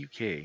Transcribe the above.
uk